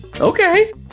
Okay